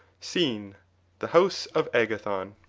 scene the house of agathon.